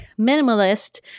minimalist